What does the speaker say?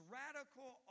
radical